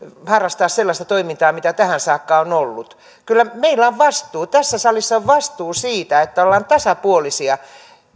harrastaa sellaista toimintaa mitä tähän saakka on ollut kyllä meillä on vastuu tässä salissa on vastuu siitä että ollaan tasapuolisia